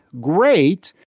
great